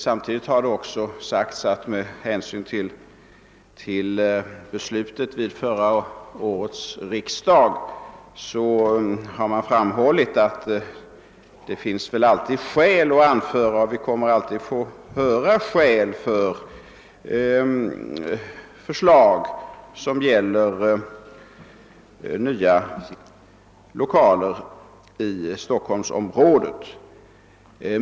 Samtidigt har beträffande föregående års riksdags beslut framhållits att det alltid finns och även i framtiden kommer att anföras skäl för att nya lokaler för statlig verksamhet skall förläggas till Stockholmsområdet.